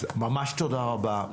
ממש תודה רבה.